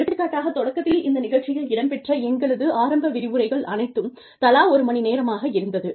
எடுத்துக்காட்டாக தொடக்கத்தில் இந்த நிகழ்ச்சியில் இடம்பெற்ற எங்களது ஆரம்ப விரிவுரைகள் அனைத்தும் தலா ஒரு மணி நேரமாக இருந்தது